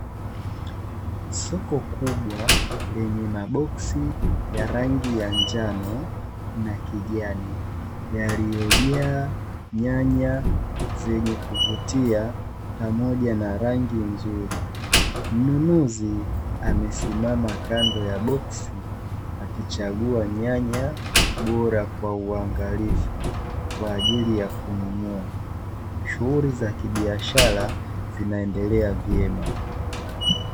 Soko kubwa lenye maboksi ya rangi ya njano na kijani yaliyojaa nyanya zenye kuvutia pamoja na rangi nzuri, mnunuzi amesimama kando ya boksi akichagua nyanya bora kwa uangalifu kwaajili ya kununua ,shughuli za kibiashara zinaendelea vyema.